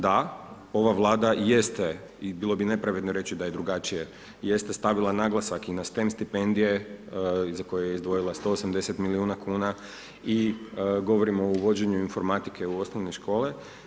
Da, ova Vlada jeste i bilo bi nepravedno reći da je drugačije, jeste stavila naglasak i na stem stipendije, za koje je izdvojila 180 milijuna kuna i govorimo o uvođenju informatike u osnovne škole.